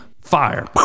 fire